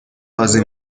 بازی